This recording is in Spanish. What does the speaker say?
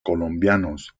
colombianos